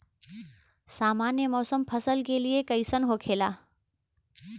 सामान्य मौसम फसल के लिए कईसन होखेला?